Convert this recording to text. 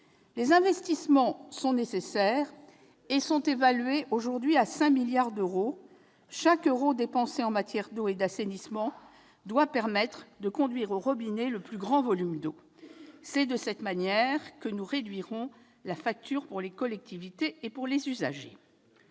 Les investissements sont nécessaires et sont aujourd'hui évalués à 5 milliards d'euros. Chaque euro dépensé en matière d'eau et d'assainissement doit permettre de conduire au robinet le plus grand volume d'eau. C'est de cette manière que nous réduirons la facture pour les collectivités et pour les usagers.